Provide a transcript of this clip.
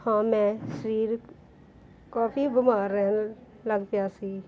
ਹਾਂ ਮੈਂ ਸਰੀਰਕ ਕਾਫੀ ਬਿਮਾਰ ਰਹਿਣ ਲੱਗ ਪਿਆ ਸੀ